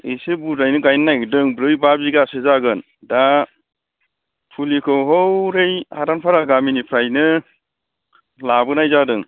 एसे बुरजायैनो गाइनो नागिरदों ब्रै बा बिगासो जागोन दा फुलिखौ हौरै हादान फारा गामिनिफ्रायनो लाबोनाय जादों